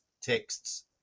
texts